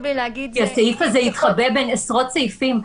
הסעיף הזה התחבא בין עשרות סעיפים.